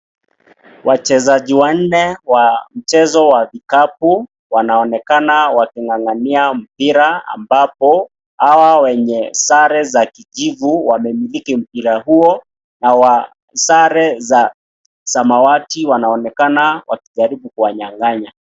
Wachezaji wanne wa mchezo wa vikapu wanaonekana wakingangania mpira ambapo hawa wenye sare za kijivu wamemiliki mpira huo na wa sare za samawati wanaonekana wakijaribu kuwa nyanganya.